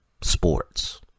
sports